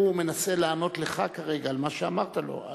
הוא מנסה לענות לך כרגע על מה שאמרת לו.